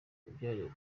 yabyariye